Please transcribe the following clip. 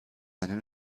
einen